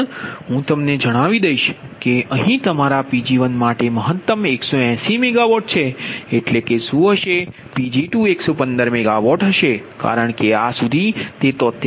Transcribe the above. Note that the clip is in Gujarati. પણ હું તમને જણાવી દઇશ કે અહીં તમારા Pg1 માટે મહત્તમ 180 મેગાવોટ છે એટલે કે શું હશે Pg2115 મેગાવોટ હશે કારણ કે આ સુધી તે 73